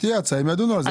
כשתהיה הצעה הם ידונו על זה.